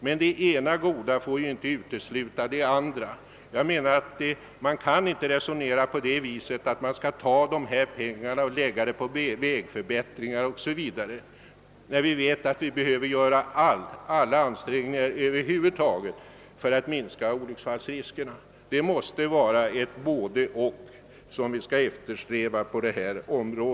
Men det ena goda får ju inte utesluta det andra. Jag anser att man inte kan resonera så att vi skall lägga dessa pengar på vägförbättringar o.s. v., när vi vet att vi behöver göra alla ansträngningar som över huvud taget är möjliga för att minska olycksfallsriskerna. Vi måste på detta område eftersträva ett både — och.